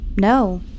No